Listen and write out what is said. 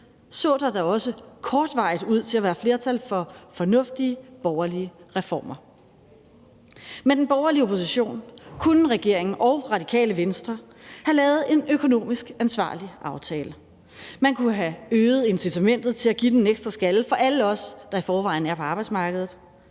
så der da også kortvarigt ud til at være flertal for fornuftige, borgerlige reformer. Med den borgerlige opposition kunne regeringen og Radikale Venstre have lavet en økonomisk ansvarlig aftale. Man kunne have øget incitamentet til at give den en ekstra skalle for alle os, der i forvejen er på arbejdsmarkedet.